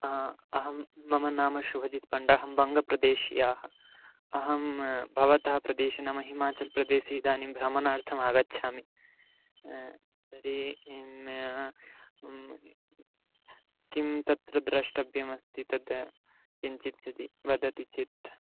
हा अहं मम नाम शुभजित् पण्ड अहं बङ्गप्रदेशीयाः अहं भवतः प्रदेशे नाम हिमाचल् प्रदेशे इदानीं भ्रमणार्थम् आगच्छामि तर्हि किं तत्र द्रष्टव्यमस्ति तद् किञ्चित् चिति वदति चेत्